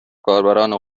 کاربران